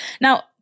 Now